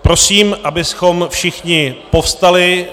Prosím, abychom všichni povstali.